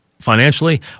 financially